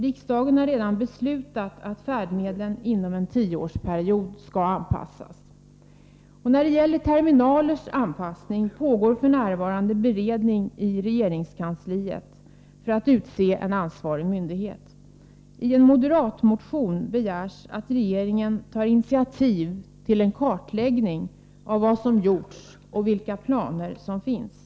Riksdagen har redan beslutat att färdmedlen inom en tioårsperiod skall anpassas. När det gäller terminalers anpassning pågår f.n. en beredning inom regeringskansliet för att utse en ansvarig myndighet. I en moderatmotion begärs att regeringen tar initiativ till en kartläggning av vad som gjorts och vilka planer som finns.